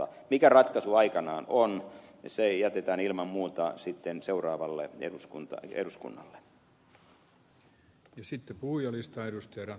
mikä ratkaisu aikanaan on se jätetään ilman muuta sitten seuraavalle eduskunnalle